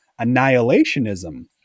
annihilationism